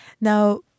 Now